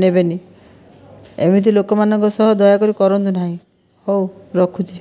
ନେବେନାହିଁ ଏମିତି ଲୋକମାନଙ୍କ ସହ ଦୟା କରି କରନ୍ତୁନାହିଁ ହେଉ ରଖୁଛି